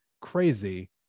crazy